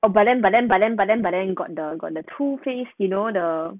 but then but then but then but then but then got the got the two face you know the